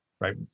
right